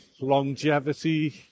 longevity